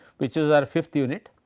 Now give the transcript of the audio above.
which is our fifth unit.